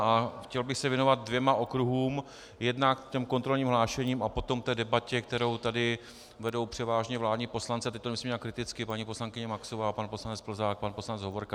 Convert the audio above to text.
A chtěl bych se věnovat dvěma okruhům jednak kontrolním hlášením a potom debatě, kterou tady vedou převážně vládní poslanci, a teď to nemyslím nijak kriticky, paní poslankyně Maxová, pan poslanec Plzák, pan poslanec Hovorka.